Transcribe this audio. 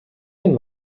den